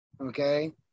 okay